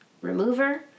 remover